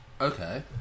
Okay